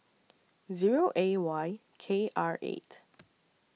Zero A Y K R eight